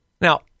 Now